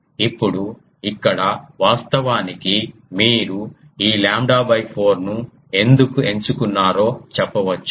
ఇప్పుడు ఇక్కడ వాస్తవానికి మీరు ఈ లాంబ్డా 4 ను ఎందుకు ఎంచుకున్నారో చెప్పవచ్చు